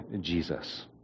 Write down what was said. Jesus